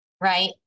Right